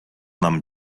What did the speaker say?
нам